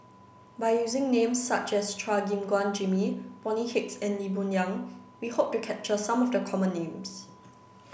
by using names such as Chua Gim Guan Jimmy Bonny Hicks and Lee Boon Yang we hope to capture some of the common names